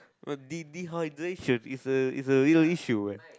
uh de~ dehydration is a is a real issue ya